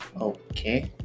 okay